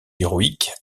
héroïque